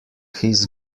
his